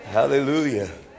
hallelujah